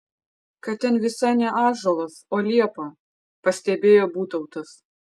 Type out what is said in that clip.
kad ten visai ne ąžuolas o liepa pastebėjo būtautas